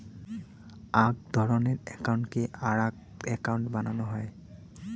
আক ধরণের একউন্টকে আরাক একউন্ট বানানো হই